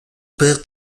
père